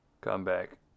comeback